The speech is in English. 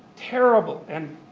terrible, and